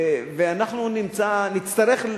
ואנחנו נצטרך,